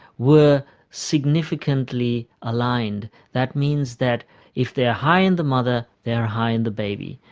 were significantly aligned. that means that if they are high in the mother, they are high in the baby,